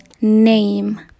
name